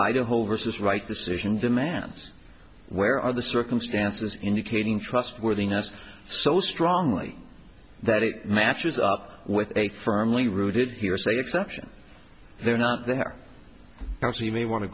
idaho versus right decision demands where are the circumstances indicating trustworthiness so strongly that it matches up with a firmly rooted hearsay exception they're not there now so you may want to